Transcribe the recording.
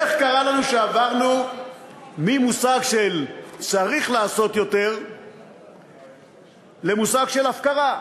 איך קרה לנו שעברנו ממושג של צריך לעשות יותר למושג של הפקרה?